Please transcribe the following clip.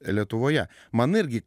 lietuvoje man irgi